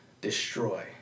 destroy